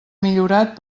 millorat